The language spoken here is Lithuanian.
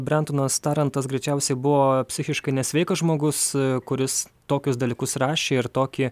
brentonas tarantas greičiausiai buvo psichiškai nesveikas žmogus kuris tokius dalykus rašė ir tokį